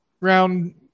round